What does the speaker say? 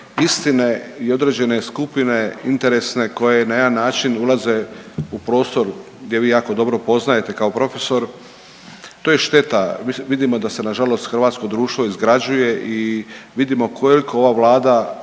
istine i određene skupine interesne koje na jedan način ulaze u prostor gdje vi jako dobro poznajete kao profesor. To je šteta, mislim vidimo da se nažalost hrvatsko društvo izgrađuje i vidimo koliko ova Vlada